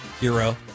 hero